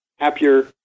Happier